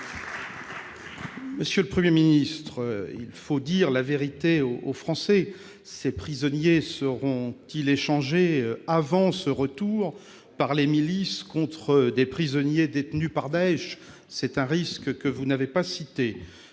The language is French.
Monsieur le Premier ministre, il faut dire la vérité aux Français. Ces prisonniers seront-ils échangés par les milices contre des prisonniers kurdes détenus par Daech ? C'est un risque que vous n'avez pas évoqué.